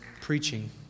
preaching